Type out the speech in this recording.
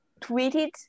tweeted